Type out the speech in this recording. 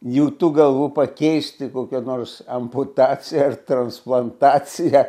jų tų galvų pakeisti kokia nors amputacija ar transplantacija